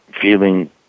feeling